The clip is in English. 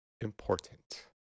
important